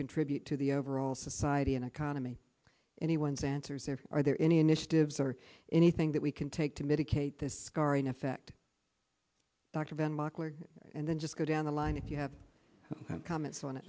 contribute to the overall society and economy anyone's answers there are there any initiatives or anything that we can take to mitigate this scarring effect dr ben buchler and then just go down the line if you have comments on it